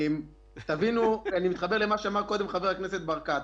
אני מתחבר למה שאמר קודם חבר הכנסת ברקת.